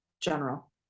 general